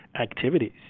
activities